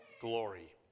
glory